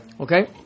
Okay